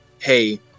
hey